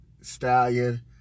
Stallion